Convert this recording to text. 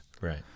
right